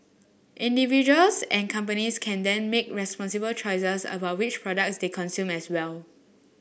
individuals and companies can then make responsible choices about which products they consume as well